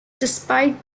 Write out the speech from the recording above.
despite